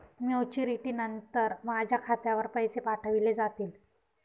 Maturity नंतर माझ्या खात्यावर पैसे पाठविले जातील?